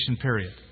period